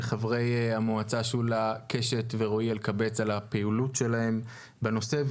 לחברי המועצה שולה קשת ורועי אלקבץ על הפעילות שלהם בנושא,